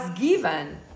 given